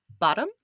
Bottom